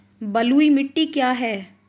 बलुई मिट्टी क्या है?